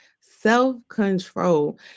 self-control